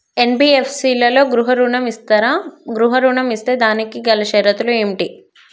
NBFC లలో గృహ ఋణం ఇస్తరా? గృహ ఋణం ఇస్తే దానికి గల షరతులు ఏమిటి?